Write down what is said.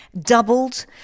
doubled